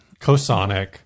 Cosonic